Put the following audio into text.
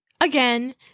again